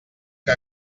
que